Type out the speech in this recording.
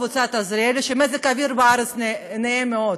"קבוצת עזריאלי" שמזג האוויר בארץ נאה מאוד,